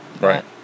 Right